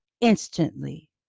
instantly